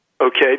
okay